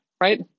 right